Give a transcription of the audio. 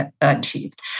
achieved